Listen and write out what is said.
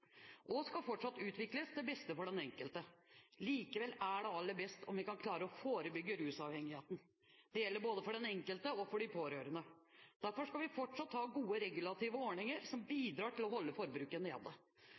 og skal fortsatt utvikles til beste for den enkelte. Likevel er det aller best om vi kan klare å forebygge rusavhengighet. Det gjelder både for den enkelte og for de pårørende. Derfor skal vi fortsatt ha gode regulative ordninger som bidrar til å holde forbruket nede.